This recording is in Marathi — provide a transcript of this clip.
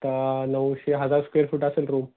आता नऊशे हजार स्क्वेअर फूट असेल रूम